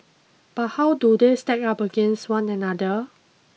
but how do they stack up against one another